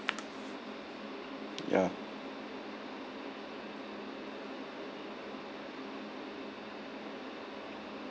ya